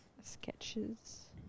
Sketches